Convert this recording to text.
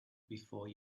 before